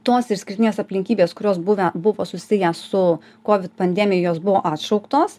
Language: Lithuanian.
tos išskirtinės aplinkybės kurios buvę buvo susiję su covid pandemija jos buvo atšauktos